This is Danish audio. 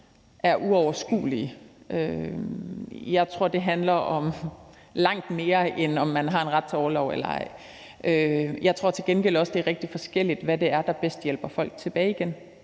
er uoverskuelige. Jeg tror, det handler om langt mere, end om man har en ret til orlov eller ej. Jeg tror til gengæld også, det er meget forskelligt, hvad det er, der bedst hjælper folk tilbage.